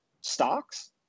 stocks